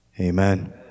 amen